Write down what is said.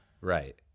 Right